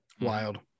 Wild